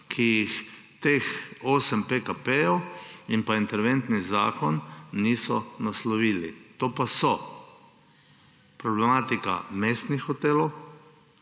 ki jih teh osem PKP in interventni zakon niso naslovili. To pa so: problematika mestnih hotelov,